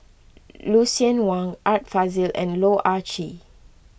Lucien Wang Art Fazil and Loh Ah Chee